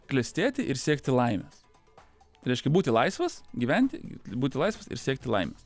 klestėti ir siekti laimės tai reiškia būti laisvas gyventi būti laisvas ir siekti laimės